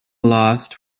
lost